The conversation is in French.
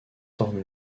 forme